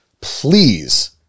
please